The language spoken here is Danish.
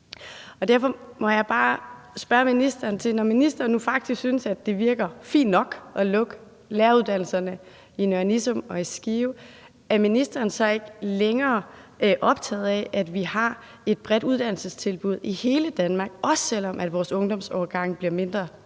Derfor må jeg bare spørge ministeren om noget. Når ministeren nu faktisk synes, at det virker fint nok at lukke læreruddannelserne i Nørre Nissum og i Skive, er ministeren så ikke længere optaget af, at vi har et bredt uddannelsestilbud i hele Danmark, også selv om vores ungdomsårgange bliver mindre,